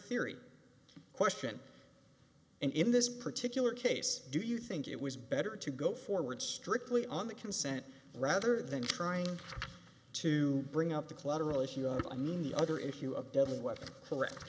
theory question and in this particular case do you think it was better to go forward strictly on the consent rather than trying to bring up the collateral issue of i mean the other issue of deadly weapon correct